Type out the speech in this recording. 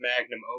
magnum